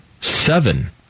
seven